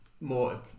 more